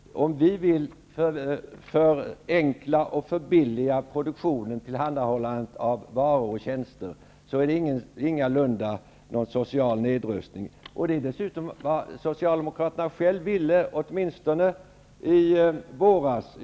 Om vi förenklar och förbilligar produktionen och tillhandahållandet av varor och tjänster, är det ingalunda någon social nedrustning. Dessutom ville socialdemokraterna detta själva åtminstone i våras.